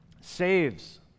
saves